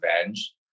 revenge